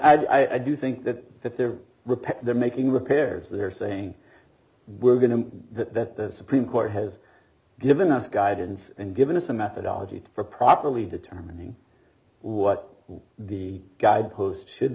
and i do think that that they're ripping they're making repairs they're saying we're going to that the supreme court has given us guidance and given us a methodology for properly determining what the guidepost should